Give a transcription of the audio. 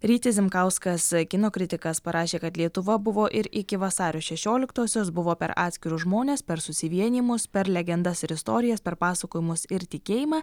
rytis zemkauskas kino kritikas parašė kad lietuva buvo ir iki vasario šešioliktosios buvo per atskirus žmones per susivienijimus per legendas ir istorijas per pasakojimus ir tikėjimą